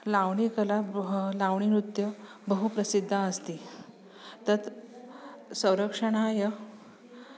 लावणीकला लावणीनृत्यं बहु प्रसिद्धम् अस्ति तत् संरक्षणाय